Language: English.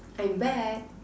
I'm back